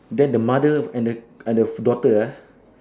then the mother and the uh the daughter ah